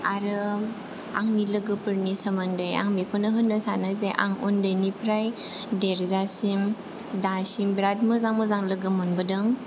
आरो आंनि लोगोफोरनि सोमोन्दै आं बेखौनो होननो सानो जे आं उन्दैनिफ्राइ देरजासिम दासिम बिराथ मोजां मोजां लोगो मोनबोदों